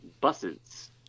Buses